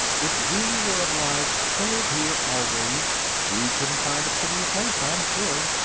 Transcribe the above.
if we were obliged to live here always. we couldn't find a prettier place, i'm sure.